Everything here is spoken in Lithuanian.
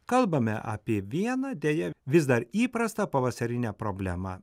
kalbame apie vieną deja vis dar įprasta pavasarinę problemą